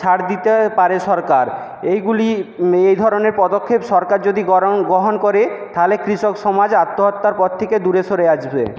ছাড় দিতে পারে সরকার এইগুলি এই ধরনের পদক্ষেপ সরকার যদি গ্রহণ গ্রহণ করে তাহলে কৃষক সমাজ আত্মহত্যার পথ থেকে দূরে সরে আসবে